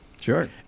Sure